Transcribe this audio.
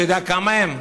אתה יודע כמה הם?